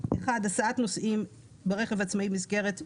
- הסעת נוסעים ברכב העצמאי במסגרת ההפעלה.